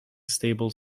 stable